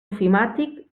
ofimàtic